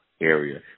area